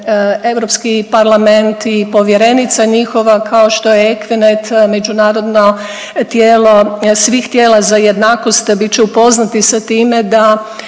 Europski parlament i povjerenica njihova, kao što je Equinet međunarodno tijelo svih tijela za jednakost bit će upoznati sa time da